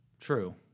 True